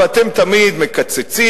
ואתם תמיד מקצצים,